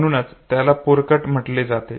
म्हणूनच त्याला पोरकट म्हटले जाते